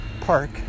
Park